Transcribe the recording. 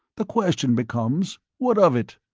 the question becomes, what of it?